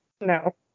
no